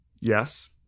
Yes